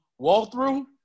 walkthrough